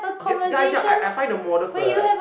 y~ ya ya I I find the model first